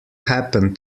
happen